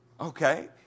Okay